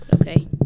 Okay